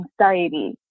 anxiety